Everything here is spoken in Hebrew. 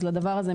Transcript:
אז לדבר הזה,